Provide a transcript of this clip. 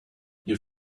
your